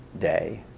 day